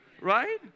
right